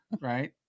Right